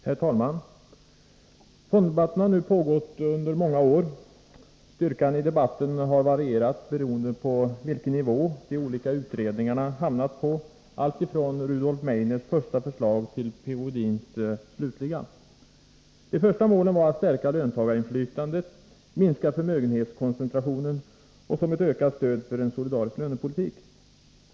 Herr talman! Fonddebatten har nu pågått under många år. Styrkan i debatten har varierat beroende på vilken nivå de olika utredningarna hamnat på, alltifrån Rudolf Meidners första förslag till P. O. Edins slutliga. De första målen var att stärka löntagarinflytandet, minska förmögenhetskoncentrationen och ge ett ökat stöd för en solidarisk lönepolitik.